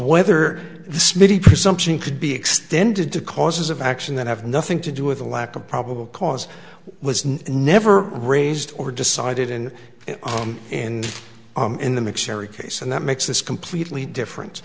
whether this may be presumption could be extended to causes of action that have nothing to do with the lack of probable cause was never raised or decided in on in in the mcsherry case and that makes this completely different